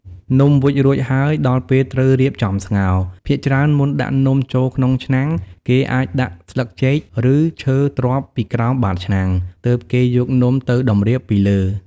នំវេចរួចហើយ ដល់ពេលត្រូវរៀបចំស្ងោរ។ ភាគច្រើនមុនដាក់នំចូលក្នុងឆ្នាំង គេអាចដាក់ស្លឹកចេក ឬឈើទ្រាប់ពីក្រោមបាតឆ្នាំង ទើបគេយកនំទៅតម្រៀបពីលើ។